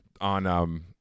on